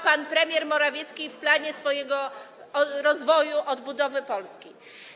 pan premier Morawiecki w planie swojego rozwoju, odbudowy Polski.